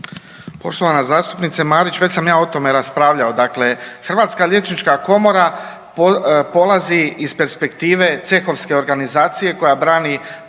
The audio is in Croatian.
Poštovana zastupnice Marić, već sam ja o tome raspravljao, dakle Hrvatska liječnička komora polazi iz perspektive cehovske organizacije koja brani